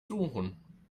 suchen